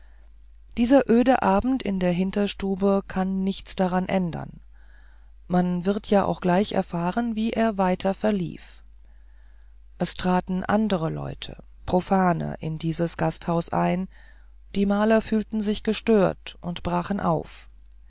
dieser öde abend in der hinterstube kann nichts daran ändern man wird ja auch gleich erfahren wie er weiter verlief es traten andere leute profane in dieses gasthaus ein die maler fühlten sich gestört und brachen auf